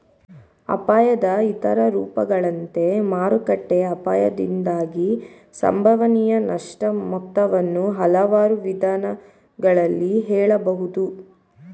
ಅಪಾಯದ ಇತರ ರೂಪಗಳಂತೆ ಮಾರುಕಟ್ಟೆ ಅಪಾಯದಿಂದಾಗಿ ಸಂಭವನೀಯ ನಷ್ಟ ಮೊತ್ತವನ್ನ ಹಲವಾರು ವಿಧಾನಗಳಲ್ಲಿ ಹಳೆಯಬಹುದು